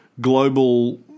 global